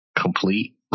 complete